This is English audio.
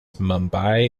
mumbai